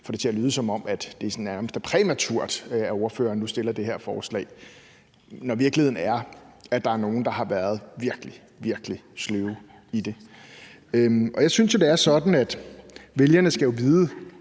får det til at lyde, som om det sådan nærmest er præmaturt, at ordføreren nu fremfører det her forslag, når virkeligheden er, at der er nogle, der har været virkelig, virkelig sløve i det. Jeg synes, det er sådan, at vælgerne skal vide,